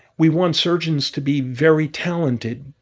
we want surgeons to be very talented.